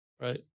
right